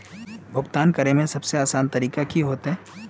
भुगतान करे में सबसे आसान तरीका की होते?